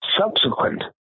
subsequent